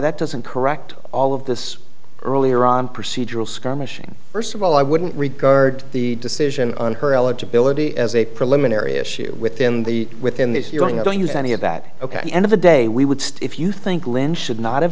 that doesn't correct all of this earlier on procedural skirmishing first of all i wouldn't regard the decision on her eligibility as a preliminary issue within the within this young i don't use any of that ok end of the day we would stay if you think lynn should not have